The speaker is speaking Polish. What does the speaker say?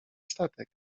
statek